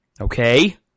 Okay